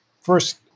First